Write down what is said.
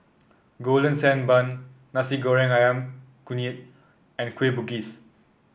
Golden Sand Bun Nasi Goreng ayam Kunyit and Kueh Bugis